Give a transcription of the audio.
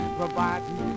providing